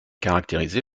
caractérisé